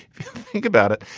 think about it.